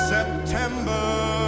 September